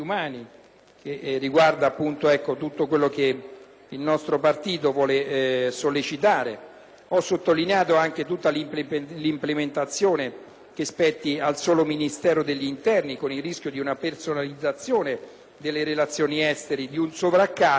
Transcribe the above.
dei diritti umani, che il nostro partito vuole invece sollecitare. Ho sottolineato anche come tutta l'implementazione spetti al solo Ministero dell'interno, con il rischio di una personalizzazione delle relazioni con l'estero, di un sovraccarico